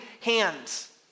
hands